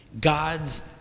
God's